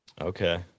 Okay